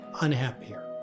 unhappier